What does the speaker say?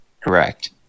Correct